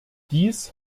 dies